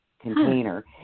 container